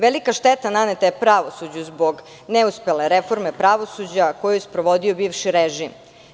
Velika šteta naneta je pravosuđu zbog neuspele reforme pravosuđa koju je sprovodio bivši režim.